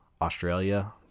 Australia